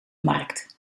markt